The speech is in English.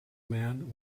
man